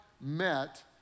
met